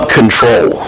control